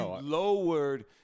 lowered